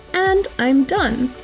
and i'm done!